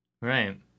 Right